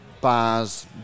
bars